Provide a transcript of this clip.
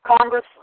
Congress